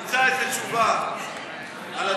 על הדרך מישהו משיב, ימצא את התשובה על הדרך.